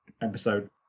episode